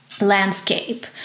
landscape